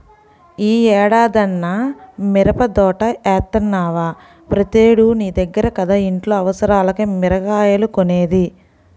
యీ ఏడన్నా మిరపదోట యేత్తన్నవా, ప్రతేడూ నీ దగ్గర కదా ఇంట్లో అవసరాలకి మిరగాయలు కొనేది